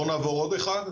בואו נעבור עוד שקף.